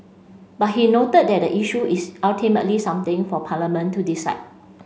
but he noted that the issue is ultimately something for Parliament to decide